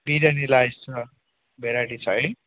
biryani rice छ variety छ है